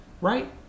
Right